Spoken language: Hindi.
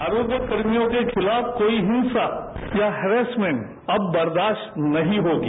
आरोग्यकर्मियों के खिलाफ कोई हिंसा या हरासमेंट अब बर्दास्त नहीं होगी